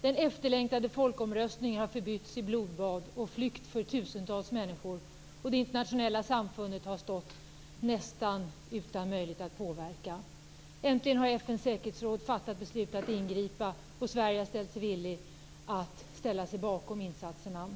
Den efterlängtade folkomröstningen har förbytts i blodbad och flykt för tusentals människor, och det internationella samfundet har stått nästan utan möjlighet att påverka. Äntligen har FN:s säkerhetsråd fattat beslutet att ingripa, och Sverige har förklarat sig villigt att ställa sig bakom insatserna.